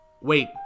Wait